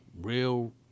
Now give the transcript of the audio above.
real